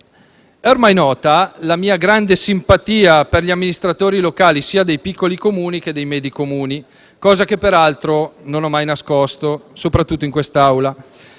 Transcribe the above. È ormai nota la mia grande simpatia per gli amministratori locali sia dei piccoli, che dei medi Comuni, cosa che peraltro non ho mai nascosto, soprattutto in quest'Aula.